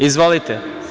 Izvolite.